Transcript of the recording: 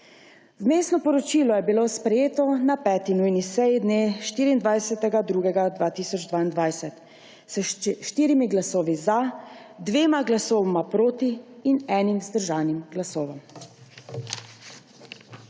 Vmesno poročilo je bilo sprejeto na 5. nujni seji dne 24. 2. 2022 s 4 glasovi za, 2 glasovoma proti in 1 vzdržanim glasovom.